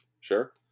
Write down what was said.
Sure